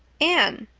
anne,